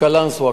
קלנסואה,